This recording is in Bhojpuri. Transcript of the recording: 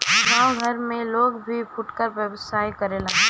गांव घर में लोग भी फुटकर व्यवसाय करेला